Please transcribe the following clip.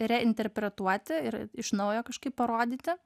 reinterpretuoti ir iš naujo kažkaip parodyti